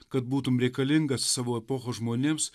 kad būtum reikalingas savo epochos žmonėms